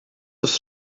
oes